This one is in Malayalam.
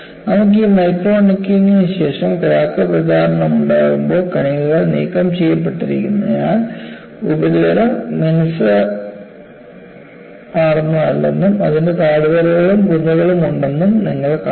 നമുക്ക് ഈ മൈക്രോ നെക്കിംഗിന് ശേഷം ക്രാക്ക് പ്രചാരണമുണ്ടാകുമ്പോൾ കണികകൾ നീക്കം ചെയ്യപ്പെട്ടിരിക്കുന്നതിനാൽ ഉപരിതലം മിനുസമാർന്നതല്ലെന്നും അതിന് താഴ്വരകളും കുന്നുകളും ഉണ്ടെന്നും നിങ്ങൾ കാണുന്നു